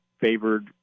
favored